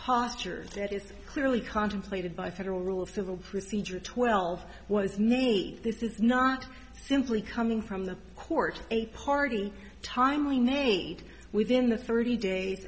is clearly contemplated by federal rule of civil procedure twelve was neat this is not simply coming from the court a party time we need within the thirty day